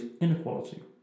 inequality